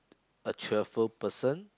a cheerful person